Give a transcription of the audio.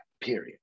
period